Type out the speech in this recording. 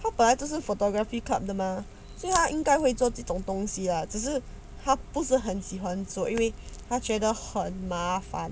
他本来就是 photography club 的 mah so 他应该会做这种东西 ah 只是他不是很喜欢做因为她觉得很麻烦